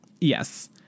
Yes